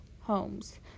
homes